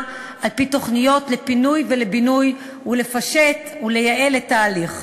על-פי תוכניות לפינוי ולבינוי ולפשט ולייעל את ההליך.